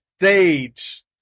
stage